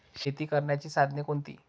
शेती करण्याची साधने कोणती?